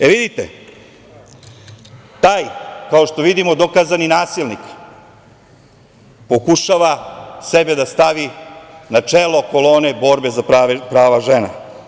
Jel vidite, taj kao što vidimo, dokazani nasilnik, pokušava sebe da stavi na čelo kolone borbe za prava žena.